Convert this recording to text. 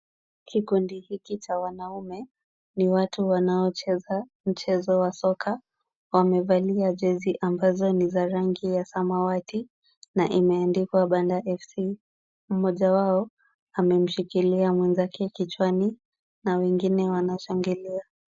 Kikundi hiki cha wanaume ni watu wanaocheza mchezo wa soka. Wamevalia jezi ambazo ni za rangi ya samawati na imeandikwa Banda FC. Mmoja wao amemshikilia mwenzake kichwani na wengine wanashangilia.